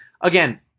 Again